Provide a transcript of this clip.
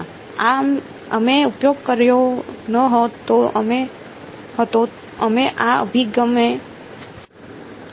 ના અમે ઉપયોગ કર્યો ન હતો અમે આ અભિગમને અનુસર્યો નથી